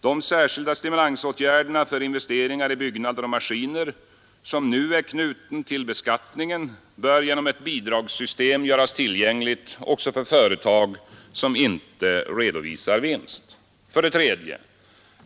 De särskilda stimulansåtgärderna för investeringar i byggnader och maskiner, som nu är knutna till beskattningen, bör genom ett bidragssystem göras tillgängliga också för företag som inte redovisar vinst. 3.